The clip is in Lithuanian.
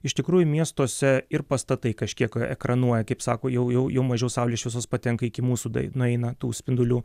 iš tikrųjų miestuose ir pastatai kažkiek ekranuoja kaip sako jau jau mažiau saulės šviesos patenka iki mūsų da nueina tų spindulių